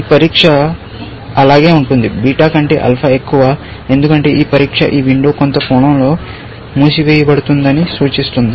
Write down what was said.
ఈ పరీక్ష అలాగే ఉంటుంది బీటా కంటే ఆల్ఫా ఎక్కువ ఎందుకంటే ఈ పరీక్ష ఈ విండో కొంత కోణంలో మూసివేయబడిందని సూచిస్తుంది